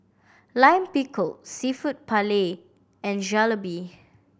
Lime Pickle Seafood Paella and Jalebi